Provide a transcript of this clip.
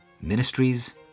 ministries